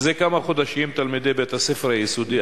מזה כמה חודשים תלמידי בית-הספר היסודי